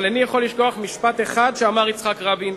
אבל איני יכול לשכוח משפט אחד שאמר יצחק רבין,